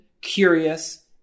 curious